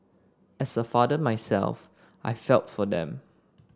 as a father myself I felt for them